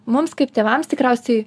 mums kaip tėvams tikriausiai